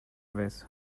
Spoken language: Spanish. vez